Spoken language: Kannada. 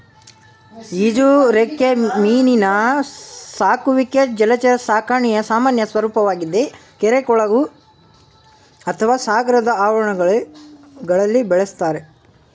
ಈಜುರೆಕ್ಕೆ ಮೀನಿನ ಸಾಕುವಿಕೆ ಜಲಚರ ಸಾಕಣೆಯ ಸಾಮಾನ್ಯ ಸ್ವರೂಪವಾಗಿದೆ ಕೆರೆ ಕೊಳಗಳು ಅಥವಾ ಸಾಗರದ ಆವರಣಗಳಲ್ಲಿ ಬೆಳೆಸ್ತಾರೆ